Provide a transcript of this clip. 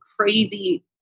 crazy